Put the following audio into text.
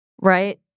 Right